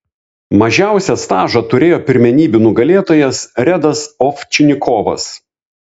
mažiausią stažą turėjo pirmenybių nugalėtojas redas ovčinikovas